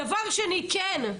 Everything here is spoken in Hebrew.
דבר שני, כן,